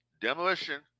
Demolition